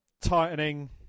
tightening